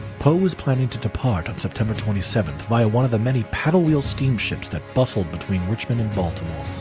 poe was planning to depart on september twenty seventh via one of the many paddle-wheel steam ships that bustled between richmond and baltimore.